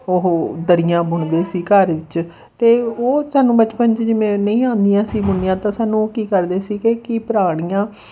ਉਹ ਦਰੀਆਂ ਬੁਣਦੇ ਸੀ ਘਰ ਵਿੱਚ ਅਤੇ ਉਹ ਸਾਨੂੰ ਬਚਪਨ 'ਚ ਜਿਵੇਂ ਨਹੀਂ ਆਉਂਦੀਆਂ ਸੀ ਬੁਣਨੀਆਂ ਤਾਂ ਸਾਨੂੰ ਉਹ ਕੀ ਕਰਦੇ ਸੀਗੇ ਕਿ ਪੁਰਾਣੀਆਂ